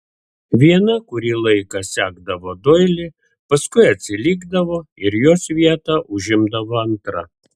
viena kurį laiką sekdavo doilį paskui atsilikdavo ir jos vietą užimdavo antra